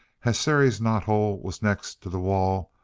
as sary's knot-hole was next the wall,